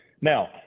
Now